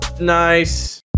Nice